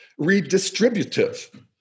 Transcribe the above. redistributive